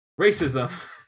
racism